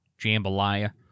Jambalaya